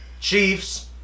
Chiefs